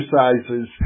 exercises